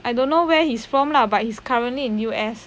I don't know where he's from lah but he's currently in U_S